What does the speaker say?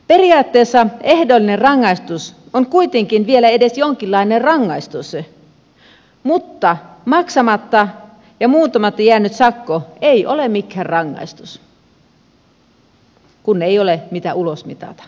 periaatteessa ehdollinen rangaistus on kuitenkin vielä edes jonkinlainen rangaistus mutta maksamatta ja muuntamatta jäänyt sakko ei ole mikään rangaistus kun ei ole mitä ulosmitata omaisuutta